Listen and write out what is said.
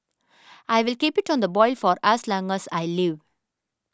I'll keep it on the boil for as long as I live